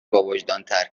باوجدانتر